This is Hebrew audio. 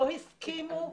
לא הסכימו,